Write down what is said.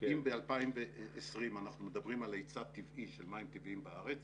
אם ב-2020 אנחנו מדברים על היצע טבעי של מים טבעיים בארץ